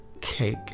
cake